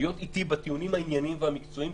להיות אתי בטיעונים הענייניים והמקצועיים,